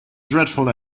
dreadful